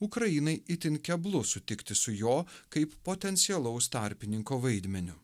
ukrainai itin keblu sutikti su jo kaip potencialaus tarpininko vaidmeniu